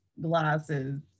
glasses